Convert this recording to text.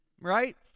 Right